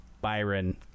byron